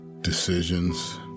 decisions